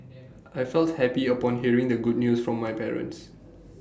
I felt happy upon hearing the good news from my parents